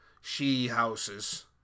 she-houses